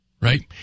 Right